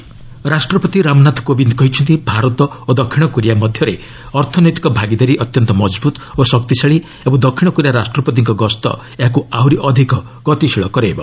ପ୍ରେଜ୍ Moon Jae-in ରାଷ୍ଟ୍ରପତି ରାମନାଥ କୋବିନ୍ଦ କହିଛନ୍ତି ଭାରତ ଓ ଦକ୍ଷିଣ କୋରିଆ ମଧ୍ୟରେ ଅର୍ଥନୈତିକ ଭାଗିଦାରୀ ଅତ୍ୟନ୍ତ ମଜଭୁତ ଓ ଶକ୍ତିଶାଳୀ ଓ ଦକ୍ଷିଣକୋରିଆ ରାଷ୍ଟ୍ରପତିଙ୍କ ଗସ୍ତ ଏହାକୁ ଆହୁରି ଅଧିକ ଗତିଶୀଳ କରାଇବ